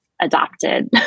adopted